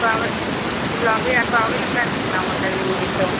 இப்போ இவ்வளோ இப்போ அவைலபில்லாக இருக்குங்களா உங்கள்கிட்ட இது மூணு டிஷ்ஷும்